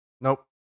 Nope